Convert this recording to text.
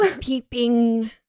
peeping